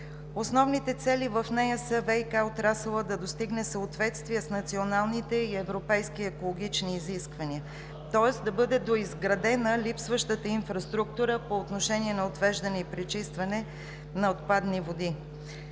Основните цели в нея са ВиК отрасълът да достигне съответствие с националните и европейски екологични изисквания, тоест да бъде доизградена липсващата инфраструктура по отношение на отвеждане и пречистване на отпадни води.